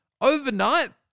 Overnight